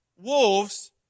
wolves